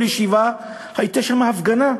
כל ישיבה הייתה שם הפגנה,